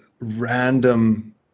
random